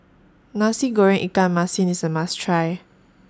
Nasi Goreng Ikan Masin IS A must Try